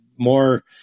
More